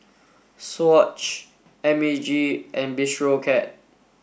swatch M A G and Bistro Cat